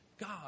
God